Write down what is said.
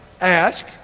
Ask